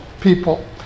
people